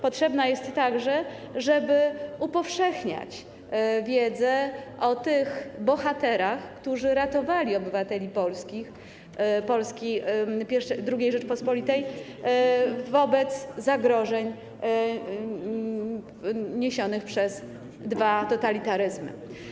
Potrzebna jest także, żeby upowszechniać wiedzę o bohaterach, którzy ratowali obywateli polskich, Polski, II Rzeczypospolitej wobec zagrożeń niesionych przez dwa totalitaryzmy.